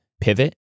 pivot